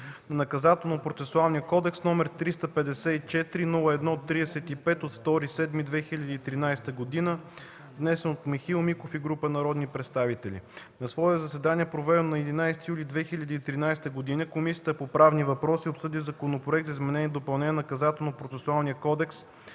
на Наказателно-процесуалния кодекс, № 354-01-35 от 2 юли 2013 г., внесен от Михаил Миков и група народни представители На свое заседание, проведено на 11 юли 2013 г. Комисията по правни въпроси обсъди Законопроект за изменение и допълнение на Наказателно-процесуалния кодекс,